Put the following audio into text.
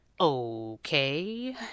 Okay